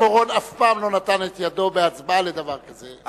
חיים אורון אף פעם לא נתן את ידו בהצבעה לדבר כזה,